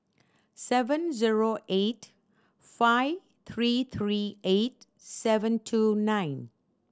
seven zero eight five three three eight seven two nine